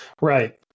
Right